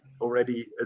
already